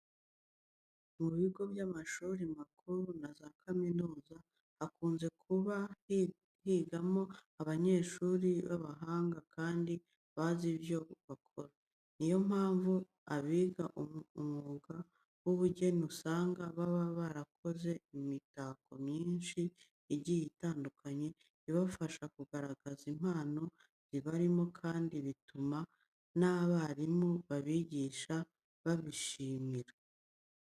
Mu bigo by'amashuri makuru na za kaminuza hakunze kuba higamo abanyeshuri b'abahanga kandi bazi ibyo bakora. Ni yo mpamvu abiga umwuga w'ubugeni usanga baba barakoze imitako myinshi igiye itandukanye ibafasha kugaragaza impano zibarimo kandi bituma n'abarimu babigisha babishimira.